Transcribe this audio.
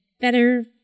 Better